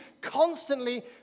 constantly